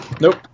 Nope